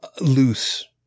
loose